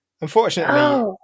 unfortunately